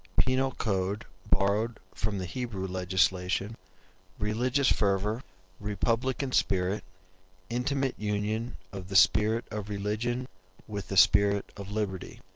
penal code borrowed from the hebrew legislation religious fervor republican spirit intimate union of the spirit of religion with the spirit of liberty.